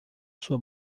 sua